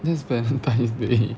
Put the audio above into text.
that's valentine's day